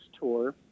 tour